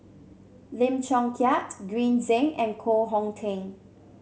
Lim Chong Keat Green Zeng and Koh Hong Teng